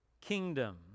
kingdom